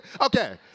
Okay